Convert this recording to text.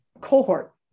cohort